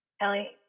ellie